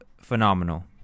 phenomenal